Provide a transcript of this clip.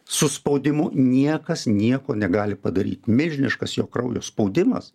su spaudimu niekas nieko negali padaryt milžiniškas jo kraujo spaudimas